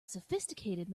sophisticated